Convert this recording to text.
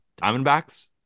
Diamondbacks